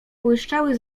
błyszczały